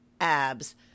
abs